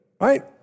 right